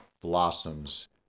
blossoms